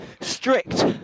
strict